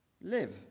live